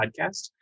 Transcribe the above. podcast